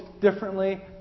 differently